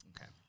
Okay